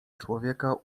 człowieka